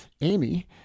Amy